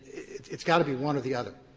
it's it's got to be one or the other.